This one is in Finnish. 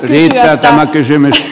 nyt riittää tämä kysymys